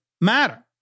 matter